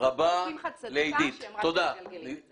--- ושמחה צדקה שהיא אמרה שמגלגלים את זה.